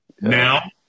Now